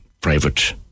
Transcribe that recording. Private